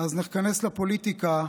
אז נכנס לפוליטיקה,